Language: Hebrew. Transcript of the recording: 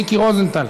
מיקי רוזנטל.